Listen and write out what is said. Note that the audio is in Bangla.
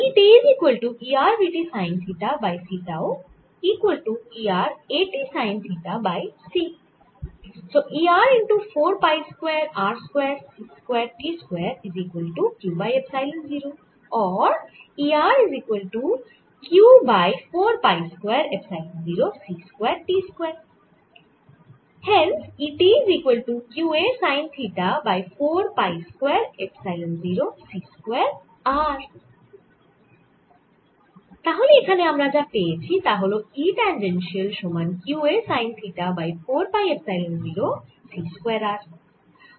তাহলে এখানে আমরা যা পেয়েছি তা হল E ট্যাঞ্জেনশিয়াল সমান q a sine theta by 4 pi epsilon 0 c square r